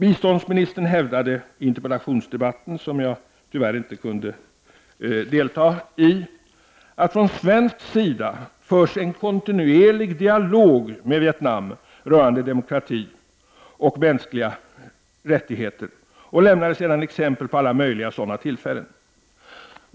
I interpellationsdebatten, som jag tyvärr inte kunde delta i, hävdade biståndsministern att det från svensk sida förs en kontinuerlig dialog med Vietnam rörande demokrati och mänskliga rättigheter. Hon lämnade sedan exempel på alla möjliga sådana tillfällen.